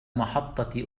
محطة